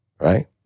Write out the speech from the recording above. right